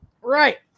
Right